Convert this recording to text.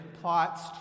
plots